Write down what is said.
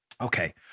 Okay